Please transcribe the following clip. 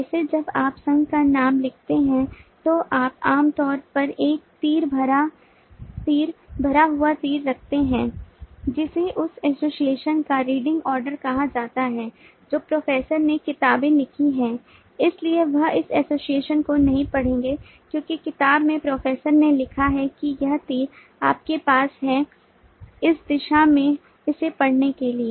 वैसे जब आप संघ का नाम लिखते हैं तो आप आमतौर पर एक तीर भरा हुआ तीर रखते हैं जिसे उस एसोसिएशन का रीडिंग ऑर्डर कहा जाता है जो प्रोफेसर ने किताबें लिखी हैं इसलिए वह इस एसोसिएशन को नहीं पढ़ेंगे क्योंकि किताब में प्रोफेसर ने लिखा है कि यह तीर आपके पास है इस दिशा में इसे पढ़ने के लिए